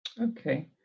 Okay